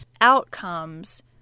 outcomes